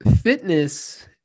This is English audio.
fitness